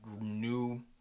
new